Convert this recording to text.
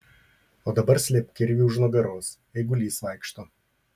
o dabar slėpk kirvį už nugaros eigulys vaikšto